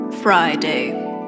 Friday